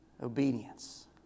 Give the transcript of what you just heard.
Obedience